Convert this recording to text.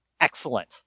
Excellent